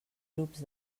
grups